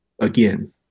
again